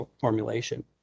formulation